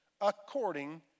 according